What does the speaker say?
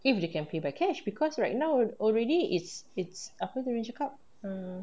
if they can pay by cash because right now alr~ already it's it's apa tu orang cakap err